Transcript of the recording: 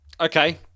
Okay